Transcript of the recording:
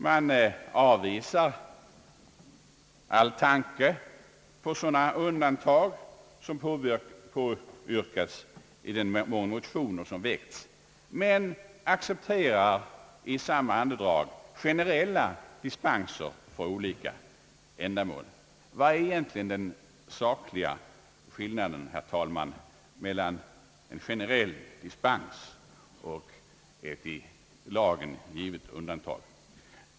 De avvisar all tanke på sådana undantag som påyrkats i de många motioner, som har väckts, men använder i samma andedrag generella dispenser för olika ändamål. Vad är egentligen den sakliga skillnaden, herr talman, mellan en generell dispens och ett i lagen givet undantag?